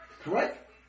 Correct